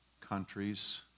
countries